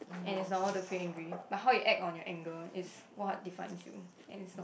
and it's normal to feel angry but how you act on your anger is what defines you and it's not